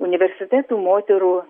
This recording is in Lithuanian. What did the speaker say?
universitetų moterų